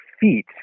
feet